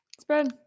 Spread